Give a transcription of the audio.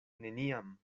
neniam